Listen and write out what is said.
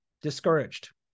discouraged